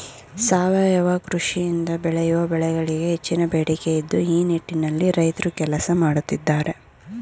ಸಾವಯವ ಕೃಷಿಯಿಂದ ಬೆಳೆಯುವ ಬೆಳೆಗಳಿಗೆ ಹೆಚ್ಚಿನ ಬೇಡಿಕೆ ಇದ್ದು ಈ ನಿಟ್ಟಿನಲ್ಲಿ ರೈತ್ರು ಕೆಲಸ ಮಾಡತ್ತಿದ್ದಾರೆ